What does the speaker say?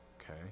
okay